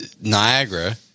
Niagara